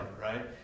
right